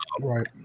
right